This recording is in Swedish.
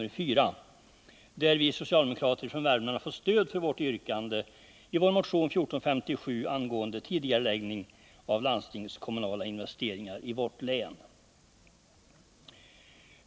I denna reservation har vi socialdemokrater från Värmland fått stöd för yrkandet i vår motion 1457 om just tidigareläggning av landstingskommunala investeringar i vårt län.